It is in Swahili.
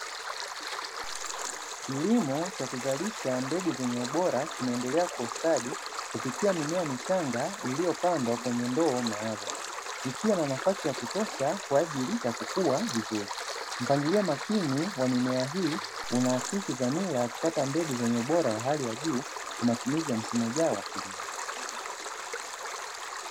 Kilimo cha kuzalisha mbegu zenye ubora, kinaendelea kustadi kupitia mimea michanga iliyopandwa kwenye ndoo maalumu, ikiwa na nafasi ya kutosha kwa ajili ya kukua vizuri, mpangilio makini wa mimea hii, unaakisi dhamira ya kupata mbegu zenye ubora wa hali ya juu, kwa matumizi ya msimu ujao wa kilimo.